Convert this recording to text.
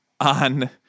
on